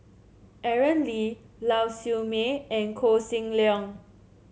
Aaron Lee Lau Siew Mei and Koh Seng Leong